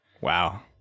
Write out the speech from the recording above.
Wow